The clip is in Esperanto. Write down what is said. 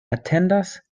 atendas